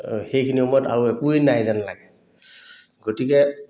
সেইখিনি সময়ত আৰু একোৱেই নাই যেন লাগে গতিকে